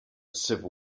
civil